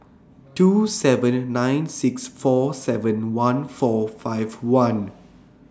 two seven nine six four seven one four five one